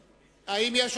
האם אדוני הצביע?